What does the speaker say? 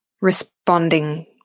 responding